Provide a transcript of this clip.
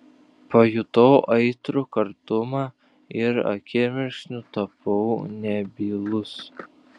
pajutau aitrų kartumą ir akimirksniu tapau nebylus